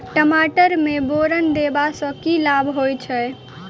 टमाटर मे बोरन देबा सँ की लाभ होइ छैय?